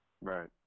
Right